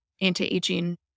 anti-aging